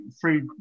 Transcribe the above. free